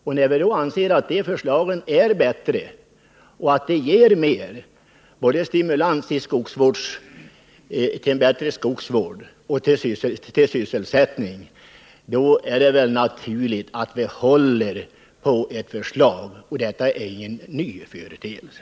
Och när vi anser att de förslagen är bättre och ger mer av stimulanser till bättre skogsvård och för sysselsättningen, då är det väl naturligt att vi håller på de förslagen. Och det är ingen ny företeelse.